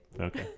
Okay